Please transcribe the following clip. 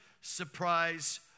surprise